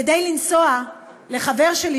כדי לנסוע לחבר שלי,